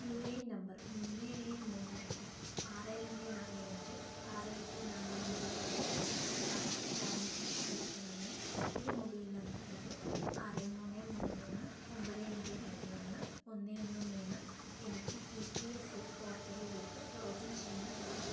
U A N number മൂന്ന് ഏഴ് മൂന്ന് രണ്ട് ആറ് രണ്ട് നാല് അഞ്ച് ആറ് എട്ട് നാല് അഞ്ച് ഉപയോഗിച്ച് പാസ്ബുക്ക് ബാലൻസ് പരിശോധിക്കുന്നതിന് മറ്റൊരു മൊബൈൽ നമ്പറിലൂടെ ആറ് മൂന്ന് മൂന്ന് ഒന്ന് ഒമ്പത് അഞ്ച് രണ്ട് ഒന്ന് ഒന്ന് ഒന്ന് മൂന്ന് എനിക്ക് ഇ പി എഫ് ഒ പോർട്ടലിലേക്ക് ലോഗിൻ ചെയ്യാൻ കഴിയുമോ